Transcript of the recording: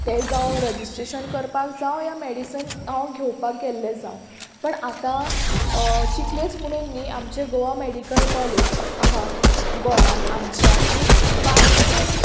तें जावं रजिस्ट्रेशन करपाक जावं या मॅडिसन हांव घेवपाक गेल्लें जावं पण आतां चिखलेंच म्हणून न्ही आमचें गोवा मॅडिकल कॉलेज आहा गोंयान आमच्या आनीक भारताचें